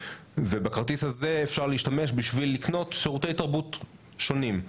בכרטיס הזה אפשר להשתמש בשביל לקנות שירותי תרבות שונים,